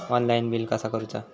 Online bill कसा करुचा?